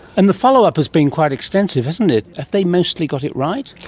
and the follow-up has been quite extensive, hasn't it. have they mostly got it right?